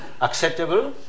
acceptable